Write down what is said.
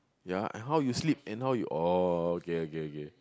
ya and how you sleep and how you orh okay okay okay